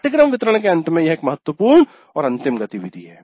पाठ्यक्रम वितरण के अंत में यह एक महत्वपूर्ण अंतिम गतिविधि है